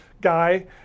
guy